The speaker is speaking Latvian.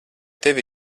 tevi